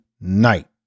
Night